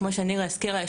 כמו שנירה הזכירה,